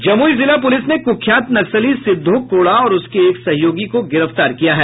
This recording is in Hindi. जमुई जिला पुलिस ने कुख्यात नक्सली सिद्धो कोड़ा और उसके एक सहयोगी को गिरफ्तार किया है